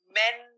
men